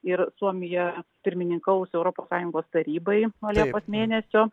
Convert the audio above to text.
ir suomija pirmininkaus europos sąjungos tarybai nuo liepos mėnesio